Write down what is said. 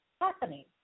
happening